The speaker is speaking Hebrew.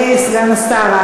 אדוני סגן השר,